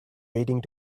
waiting